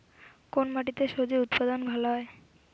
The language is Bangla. কোন মাটিতে স্বজি উৎপাদন ভালো হয়?